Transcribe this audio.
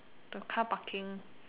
the car parking